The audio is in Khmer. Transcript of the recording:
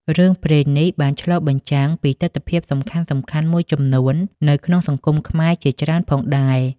រឿងព្រេងនេះបានឆ្លុះបញ្ចាំងពីទិដ្ឋភាពសំខាន់ៗមួយចំនួននៅក្នុងសង្គមខ្មែរជាច្រើនផងដែរ។